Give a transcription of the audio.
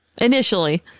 Initially